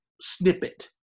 snippet